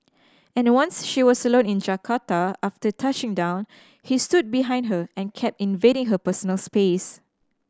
and once she was alone in Jakarta after touching down he stood behind her and kept invading her personal space